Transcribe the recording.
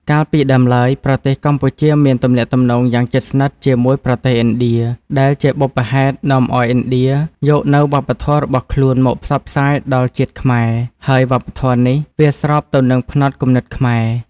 កាលពីដើមឡើយប្រទេសកម្ពុជាមានទំនាក់ទំនងយ៉ាងជិតស្និទ្ធជាមួយប្រទេសឥណ្ឌា ដែលជាបុព្វហេតុនាំអោយឥណ្ឌាយកនូវវប្បធម៌របស់ខ្លួនមកផ្សព្វផ្សាយដល់ជាតិខ្មែរ ហើយវប្បធម៌នេះវាស្របទៅនឹងផ្នត់គំនិតខ្មែរ ។